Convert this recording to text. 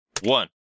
one